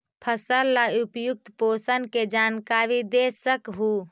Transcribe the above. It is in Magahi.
फसल ला उपयुक्त पोषण के जानकारी दे सक हु?